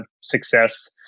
success